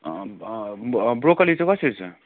bro broccoli चाहिँ कसरी छ